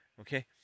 okay